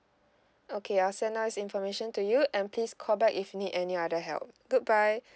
okay I'll send all these information to you and please call back if need any other help goodbye